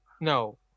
No